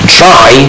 try